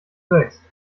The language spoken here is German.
wächst